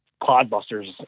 Clodbusters